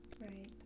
Right